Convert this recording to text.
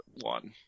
One